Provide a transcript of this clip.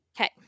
Okay